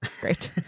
great